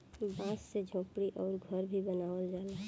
बांस से झोपड़ी अउरी घर भी बनावल जाला